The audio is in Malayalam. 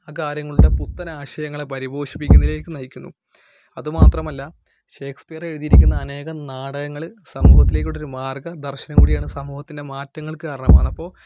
ആ കാര്യങ്ങളുടെ പുത്തൻ ആശയങ്ങളെ പരിപോഷിപ്പികുന്നതിലേക്ക് നയിക്കുന്നു അതു മാത്രമല്ല ഷെക്സ്പിയർ എഴുതിയിരിക്കുന്ന അനേകം നാടകങ്ങള് സമൂഹത്തിലേക്ക് ആയിട്ടൊരു മാർഗ്ഗദർശ്നി കൂടിയാണ് സമൂഹത്തിൻ്റെ മാറ്റങ്ങൾക് കാരണമാകുന്നത് അപ്പോൾ